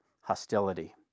hostility